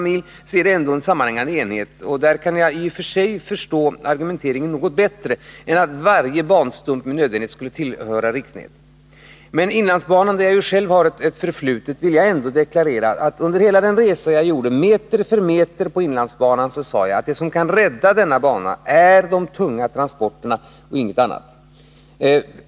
På den punkten kan jag i och för sig förstå argumenteringen något bättre än när det gäller att varje banstump med nödvändighet skulle tillhöra riksnätet. Vad beträffar inlandsbanän, där jag själv har ett förflutet, vill jag ändå deklarera att under hela den resa jag gjorde, meter för meter på inlandsbanan, sade jag att det som kan rädda denna bana är de tunga transporterna och inget annat.